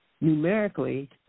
numerically